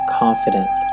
confident